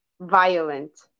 violent